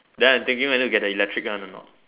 then I thinking whether to get the electric one a not